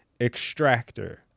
extractor